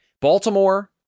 Baltimore